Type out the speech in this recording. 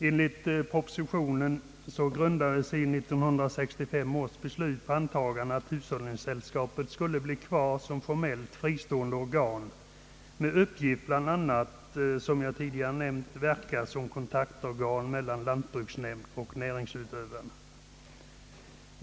Enligt propositionen grundade sig 1965 års beslut på antagandet, att hushållningssällskapen skulle bestå som formellt fristående organ med uppgift att verka som kontaktorgan mellan lantbruksnämnd och näringsutövare.